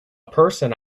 person